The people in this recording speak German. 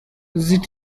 sieht